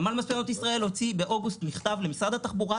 נמל מספנות ישראל הוציא באוגוסט מכתב למשרד התחבורה,